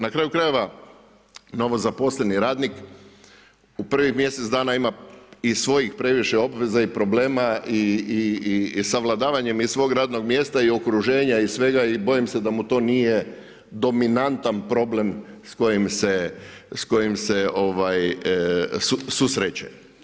Na kraju krajeva, novozaposleni radnik u prvih mjesec dana ima i svojih previše obveza i problema i savladavanjem svog radnog mjesta i okruženja i svega i bojim se da mu to nije dominantan problem s kojim se susreće.